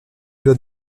doit